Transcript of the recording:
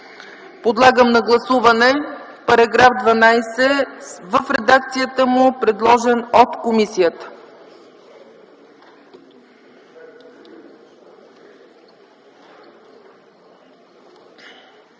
подлагам на гласуване § 12 в редакцията му, предложен от комисията.